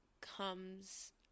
comes